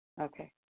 Okay